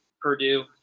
Purdue